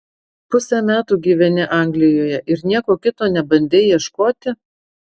pusę metų gyveni anglijoje ir nieko kito nebandei ieškoti